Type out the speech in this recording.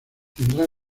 tendrá